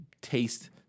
taste